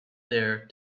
there